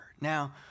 Now